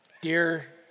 Dear